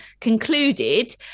concluded